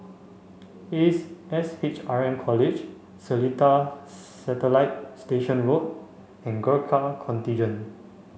Ace S H R M College Seletar Satellite Station Road and Gurkha Contingent